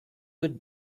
would